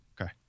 okay